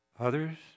Others